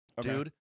Dude